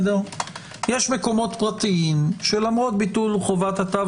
יש מקומות פרטיים שלמרות ביטול חובת התו